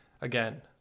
again